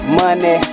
money